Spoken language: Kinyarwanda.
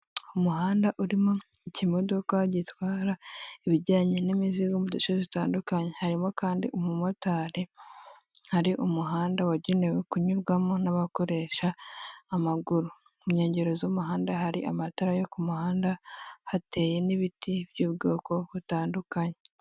Umuhanda urimo ikimodoka gitwara ibijyanye n'imizigo, muduce dutandukanye harimo kandi umumotari. Hari umuhanda wagenewe kunyurwamo n'abakoresha amaguru, mu nkengero z'umuhanda hari amatara yo ku muhanda hateye n'ibiti by'ubwoko butandukanye.